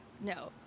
No